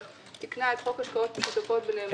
תיקנה את חוק השקעות משותפות בנאמנות.